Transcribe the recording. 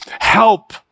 help